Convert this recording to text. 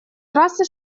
трассы